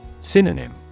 Synonym